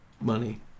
money